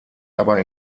aber